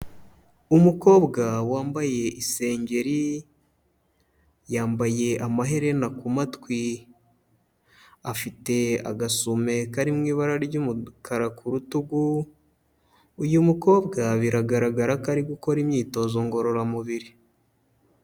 Umukobwa wambaye isengeri, yambaye amaherena ku matwi, afite agasume kari mu ibara ry'umukara ku rutugu, uyu mukobwa biragaragara ko ari gukora imyitozo ngororamubiri.